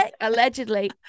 Allegedly